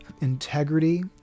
integrity